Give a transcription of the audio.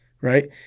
right